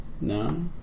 no